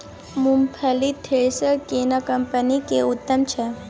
मूंगफली thresher company कम्पनी के उत्तम छै?